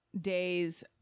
days